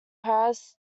paris